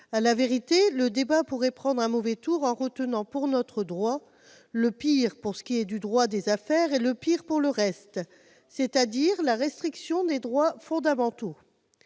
À la vérité, ce débat pourrait prendre une mauvaise tournure si nous retenions le pire pour ce qui est du droit des affaires et le pire pour le reste, c'est-à-dire la restriction des droits fondamentaux.